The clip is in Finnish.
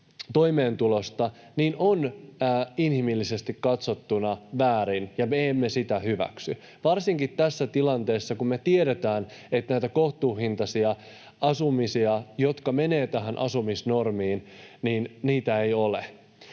toimeentulosta on inhimillisesti katsottuna väärin, ja me emme sitä hyväksy varsinkaan tässä tilanteessa, kun me tiedetään, että näitä kohtuuhintaisia asumisia, jotka menevät tähän asumisnormiin, ei ole.